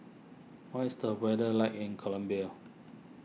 what is the weather like in Colombia